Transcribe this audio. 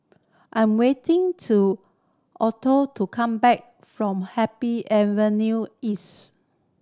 I'm waiting to Alto to come back from Happy Avenue East